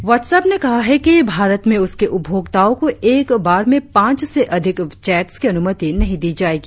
WhatsApp ने कहा है कि भारत में उसके उपभोक्ताओं को एक बार में पांच से अधिक चैट्स की अनुमति नहीं दी जाएगी